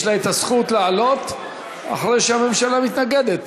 יש לה הזכות לעלות אחרי שהממשלה מתנגדת,